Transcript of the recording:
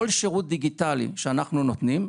כל שירות דיגיטלי שאנחנו נותנים,